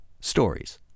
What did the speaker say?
stories